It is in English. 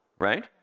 right